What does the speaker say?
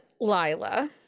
lila